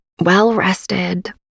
well-rested